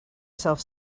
self